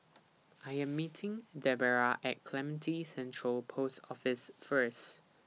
I Am meeting Debera At Clementi Central Post Office First